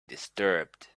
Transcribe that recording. disturbed